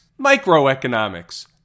microeconomics